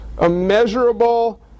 immeasurable